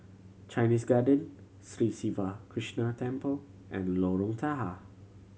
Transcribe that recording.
Chinese Garden Sri Siva Krishna Temple and Lorong Tahar